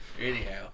Anyhow